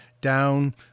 down